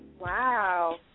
Wow